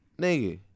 nigga